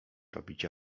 robić